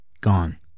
Gone